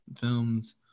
films